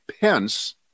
Pence